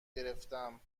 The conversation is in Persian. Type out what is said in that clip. گرفتم